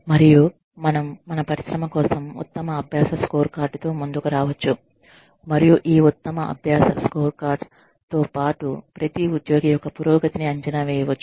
మరియు మనం మన పరిశ్రమ కోసం ఉత్తమ అభ్యాస స్కోర్కార్డ్ తో ముందుకు రావచ్చు మరియు ఈ ఉత్తమ అభ్యాస స్కోర్కార్డ్స్ తో పాటు ప్రతి ఉద్యోగి యొక్క పురోగతిని అంచనా వేయవచ్చు